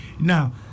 now